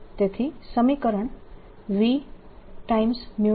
તેથી સમીકરણ V0ddtK